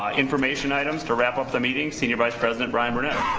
ah information items, to wrap up the meeting, senior vice president brian burnett.